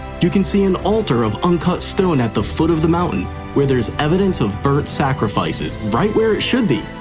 you can see an altar of uncut stone at the foot of the mountain where there's evidence of burnt sacrifices right where it should be.